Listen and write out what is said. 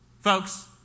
Folks